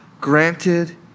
granted